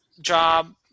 job